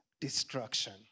destruction